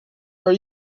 are